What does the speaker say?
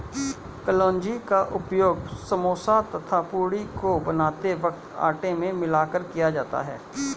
कलौंजी का उपयोग समोसा तथा पूरी को बनाते वक्त आटे में मिलाकर किया जाता है